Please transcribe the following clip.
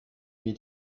mir